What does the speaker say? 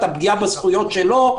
את הפגיעה בזכויות שלו.